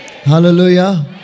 Hallelujah